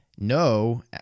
No